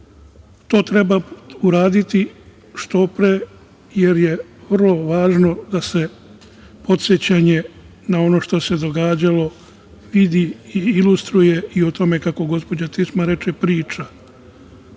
To treba uraditi što pre, jer je vrlo važno da se podsećanje na ono što se događalo, ilustruje, vidi i o tome, kako gospođa Tišma reče, priča.